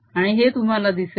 आणि हे तुम्हाला दिसेल